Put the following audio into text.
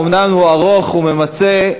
אומנם ארוך וממצה,